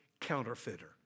counterfeiter